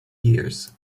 years